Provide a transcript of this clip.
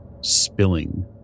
spilling